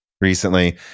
recently